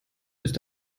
ist